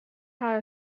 how